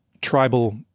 tribal